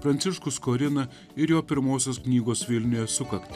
pranciškus skorina ir jo pirmosios knygos vilniuje sukaktį